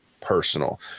personal